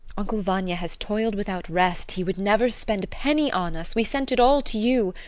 uncle vanya has toiled without rest he would never spend a penny on us, we sent it all to you.